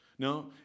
No